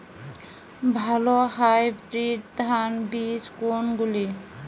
ভালো হাইব্রিড ধান বীজ কোনগুলি?